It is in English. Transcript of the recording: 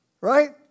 Right